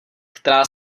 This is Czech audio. která